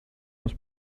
was